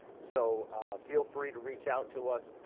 so feel free to reach out to us.